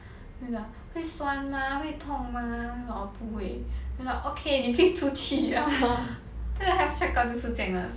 他就讲会酸吗会痛吗 orh 不会 then like okay 你可以出去 liao 现在 health checkup 都是这样的